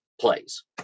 plays